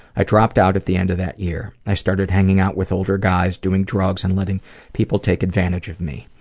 i dropped out at the end of that year. i started hanging out with older guys, doing drugs, and letting people take advantage of me.